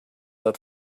had